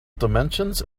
dimensions